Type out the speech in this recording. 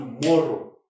tomorrow